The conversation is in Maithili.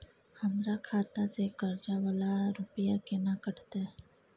हमर खाता से कर्जा वाला रुपिया केना कटते?